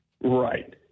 Right